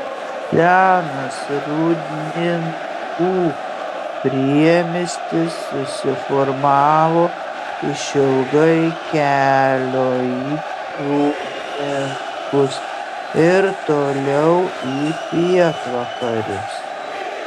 senas rūdninkų priemiestis susiformavo išilgai kelio į rūdninkus ir toliau į pietvakarius